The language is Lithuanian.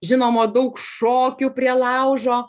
žinomo daug šokių prie laužo